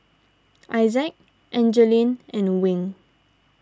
Isaak Angeline and Wing